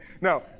No